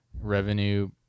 revenue